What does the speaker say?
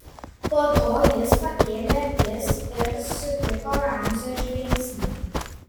po to jis pakėlė akis ir sutiko ramzio žvilgsnį